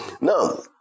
Now